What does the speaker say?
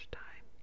time